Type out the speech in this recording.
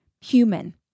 human